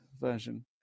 version